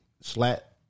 slat